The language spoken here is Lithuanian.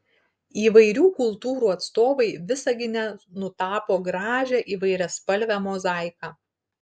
įvairių kultūrų atstovai visagine nutapo gražią įvairiaspalvę mozaiką